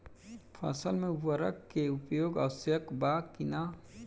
फसल में उर्वरक के उपयोग आवश्यक बा कि न?